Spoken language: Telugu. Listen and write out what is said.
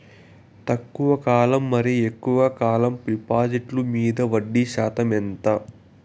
తక్కువ కాలం మరియు ఎక్కువగా కాలం డిపాజిట్లు మీద వడ్డీ శాతం ఎంత?